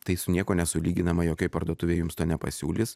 tai su niekuo nesulyginama jokioj parduotuvėj jums to nepasiūlys